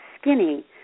skinny